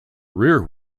rear